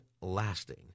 lasting